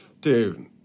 Dude